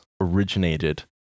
originated